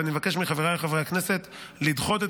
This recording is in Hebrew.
ואני מבקש מחבריי חברי הכנסת לדחות את